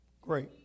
great